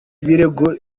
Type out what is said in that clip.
ibirego